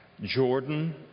Jordan